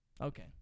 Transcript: Okay